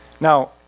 Now